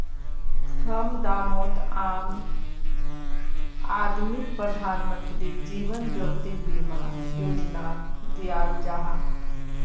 कम दामोत आम आदमीक प्रधानमंत्री जीवन ज्योति बीमा योजनाक दियाल जाहा